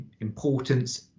importance